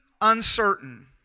uncertain